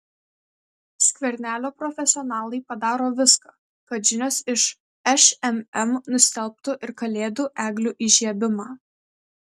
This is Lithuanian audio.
skvernelio profesionalai padaro viską kad žinios iš šmm nustelbtų ir kalėdų eglių įžiebimą